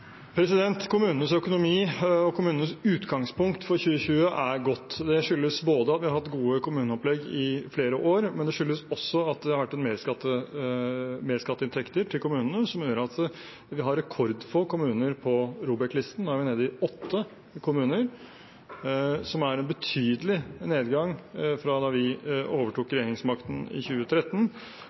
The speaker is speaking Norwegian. Kommunenes økonomi og kommunenes utgangspunkt for 2020 er godt. Det skyldes både at vi har hatt gode kommuneopplegg i flere år, og at det har vært merskatteinntekter til kommunene, noe som gjør at vi har rekordfå kommuner på ROBEK-listen. Nå er vi nede i åtte kommuner, som er en betydelig nedgang fra da vi overtok regjeringsmakten i 2013.